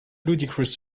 ludicrous